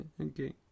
Okay